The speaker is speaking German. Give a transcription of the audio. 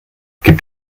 gibt